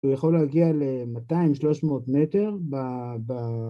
הוא יכול להגיע ל-200-300 מטר